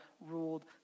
ruled